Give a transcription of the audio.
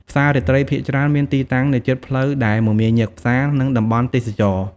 ផ្សាររាត្រីភាគច្រើនមានទីតាំងនៅជិតផ្លូវដែលមមាញឹក ផ្សារ និងតំបន់ទេសចរណ៍។